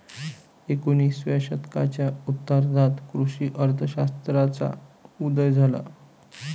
एकोणिसाव्या शतकाच्या उत्तरार्धात कृषी अर्थ शास्त्राचा उदय झाला